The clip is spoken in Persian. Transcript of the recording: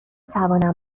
توانم